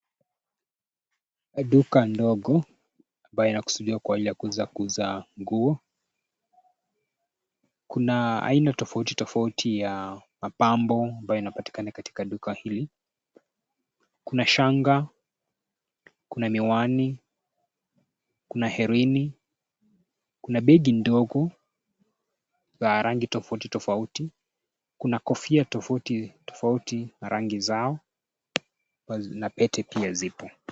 Duka ndogo ambaye inakusudiwa kwa ajili ya kuweza kuuza nguo. Kuna aina tofauti, tofauti ya mapambo ambaye inapatikana katika duka hili. Kuna shanga, kuna miwani, kuna herini, kuna begi ndogo za rangi tofauti, tofauti. Kuna kofia tofauti, tofauti na rangi zao, na pete pia zipo.